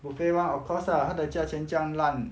buffet [one] of course lah 它的价钱酱烂